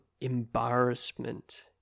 embarrassment